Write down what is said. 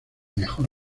mejor